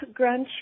Grunch